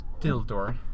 Tildor